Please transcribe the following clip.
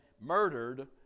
murdered